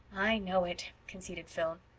i know it, conceded phil.